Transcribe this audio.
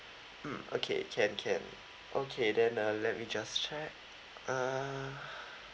mm okay can can okay then uh let me just check uh